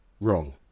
Wrong